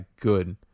good